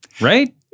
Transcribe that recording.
right